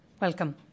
welcome